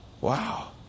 wow